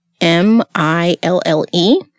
M-I-L-L-E